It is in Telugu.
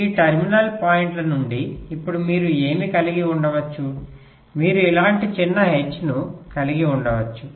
ఈ టెర్మినల్ పాయింట్ల నుండి ఇప్పుడు మీరు ఏమి కలిగి ఉండవచ్చు మీరు ఇలాంటి చిన్న H ను కలిగి ఉండవచ్చు